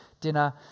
dinner